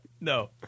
No